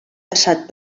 passat